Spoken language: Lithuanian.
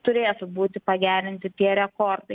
turėtų būti pagerinti tie rekordai